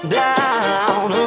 down